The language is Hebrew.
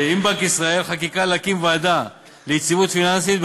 עם בנק ישראל חקיקה להקמת ועדה ליציבות פיננסית,